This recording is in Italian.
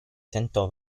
tentò